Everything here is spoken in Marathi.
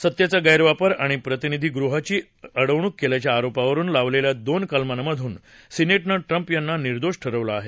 सत्तेचा गख्वापर आणि प्रतिनिधी गृहाची अडवणूक केल्याच्या आरोपावरुन लावलेल्या दोन कलमांमधून सिनेटनं ट्रंप यांना निर्दोष ठरवलं आहे